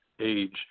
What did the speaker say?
age